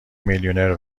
میلیونر